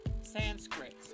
Sanskrit